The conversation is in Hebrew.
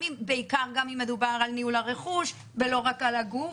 בעיקר גם אם מדובר על ניהול הרכוש ולא רק על הגוף,